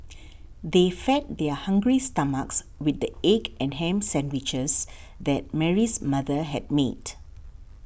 they fed their hungry stomachs with the egg and ham sandwiches that Mary's mother had made